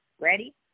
Ready